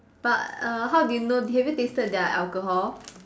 but uh how do you know have you tasted their alcohol